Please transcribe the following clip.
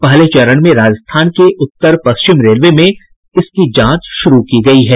पहले चरण में राजस्थान के उत्तर पश्चिम रेलवे में इसकी जांच शुरू की गयी है